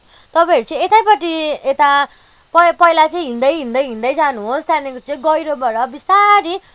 तपाईँहरू चाहिँ एकैपट्टि यता पहि पहिला चाहिँ हिँड्दै हिँड्दै हिँड्दै जानुहोस् त्यहाँनिर चाहिँ गहिरोबाट बिस्तारी